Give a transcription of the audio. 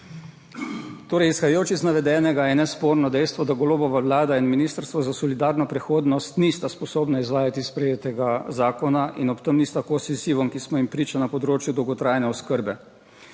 Torej, izhajajoč iz navedenega je nesporno dejstvo, da Golobova vlada in Ministrstvo za solidarno prihodnost nista sposobna izvajati sprejetega zakona in ob tem nista kos izzivom, ki smo jim priča na področju dolgotrajne oskrbe.